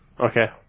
Okay